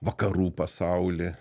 vakarų pasaulį